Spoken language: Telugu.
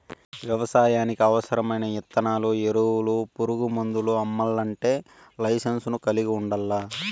వ్యవసాయానికి అవసరమైన ఇత్తనాలు, ఎరువులు, పురుగు మందులు అమ్మల్లంటే లైసెన్సును కలిగి ఉండల్లా